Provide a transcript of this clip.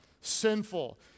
sinful